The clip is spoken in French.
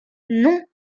non